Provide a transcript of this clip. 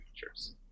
features